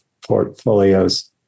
portfolios